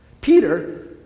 Peter